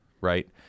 Right